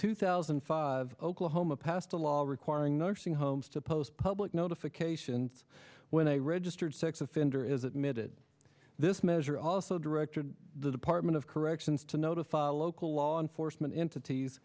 two thousand and five oklahoma passed a law requiring nursing homes to post public notification when a registered sex offender is admitted this measure also directed the department of corrections to notify local law enforcement entities